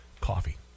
Coffee